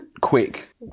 quick